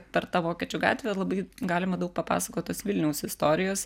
per tą vokiečių gatvę labai galima daug papasakot tos vilniaus istorijos